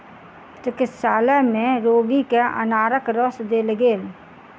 चिकित्सालय में रोगी के अनारक रस देल गेल